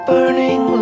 Burning